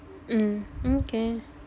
mm okay